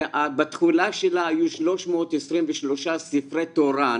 בתכולה שלה היו 323 ספרי תורה,